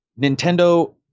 Nintendo